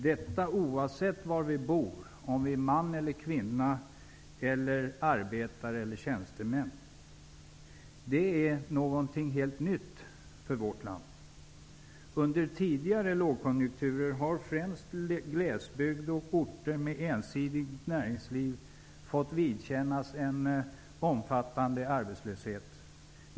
Detta gäller oavsett var vi bor, om vi är män eller kvinnor, arbetare eller tjänstemän. Detta är något helt nytt för vårt land. Under tidigare lågkonjunkturer har främst glesbygd och orter med ensidigt näringsliv fått vidkännas en omfattande arbetslöshet.